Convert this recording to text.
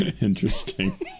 Interesting